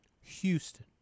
Houston